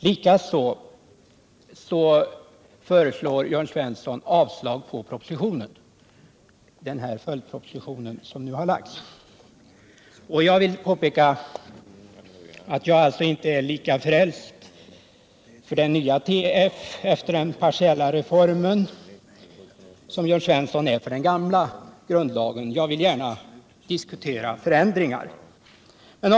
Jörn Svensson föreslår också avslag på den följdproposition som nu har lagts fram. För min del är jag inte lika frälst på den nya tryckfrihetsförordningen efter den partiella reformen som Jörn Svensson är på den gamla grundlagen, utan jag vill gärna diskutera förändringar.